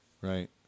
Right